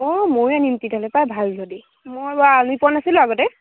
অঁ ময়ো আনিম তেতিয়াহ'লে পাই ভাল যদি মই বাৰু আনি পোৱা নাছিলোঁ আগতে